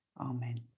Amen